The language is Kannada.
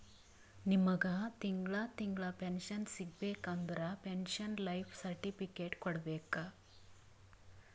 ನಿಮ್ಮಗ್ ತಿಂಗಳಾ ತಿಂಗಳಾ ಪೆನ್ಶನ್ ಸಿಗಬೇಕ ಅಂದುರ್ ಪೆನ್ಶನ್ ಲೈಫ್ ಸರ್ಟಿಫಿಕೇಟ್ ಕೊಡ್ಬೇಕ್